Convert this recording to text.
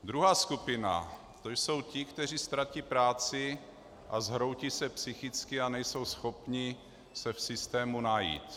Druhá skupina, to jsou ti, kteří ztratí práci, zhroutí se psychicky a nejsou schopni se v systému najít.